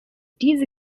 diese